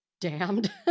damned